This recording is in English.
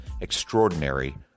extraordinary